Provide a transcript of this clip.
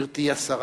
גברתי השרה.